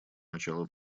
начала